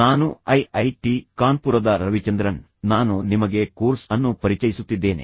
ನಾನು ಐಐಟಿ ಕಾನ್ಪುರದ ರವಿಚಂದ್ರನ್ ನಾನು ನಿಮಗೆ ಕೋರ್ಸ್ ಅನ್ನು ಪರಿಚಯಿಸುತ್ತಿದ್ದೇನೆ